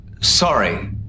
sorry